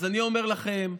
אז אני אומר לכם,